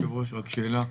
סליחה, היושב-ראש, שאלה.